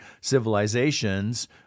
civilizations